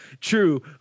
true